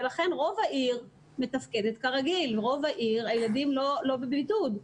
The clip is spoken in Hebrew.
ולכן רוב העיר מתפקדת כרגיל וברוב העיר הילדים לא בבידוד,